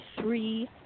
three